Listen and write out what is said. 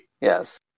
Yes